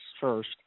first